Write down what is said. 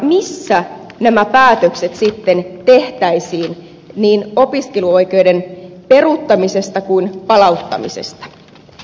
missä nämä päätökset sitten tehtäisiin niin opiskeluoikeuden peruuttamisesta kuin palauttamisesta